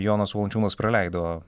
jonas valančiūnas praleido